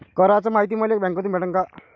कराच मायती मले बँकेतून भेटन का?